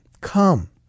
Come